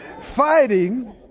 Fighting